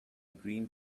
green